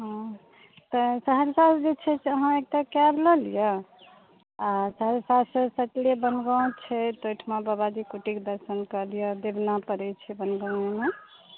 हँ तऽ सहरसा जे छै से अहाँ एकटा कैब लऽ लिअ आ सहरसासँ सटले वनगाँव छै तऽ ओहिठमा बाबाजीके कुटीके दर्शन कए लिअ देवना पड़ैत छै वनगाँवमे